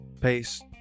pace